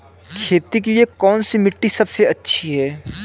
खेती के लिए कौन सी मिट्टी सबसे अच्छी है?